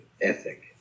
ethic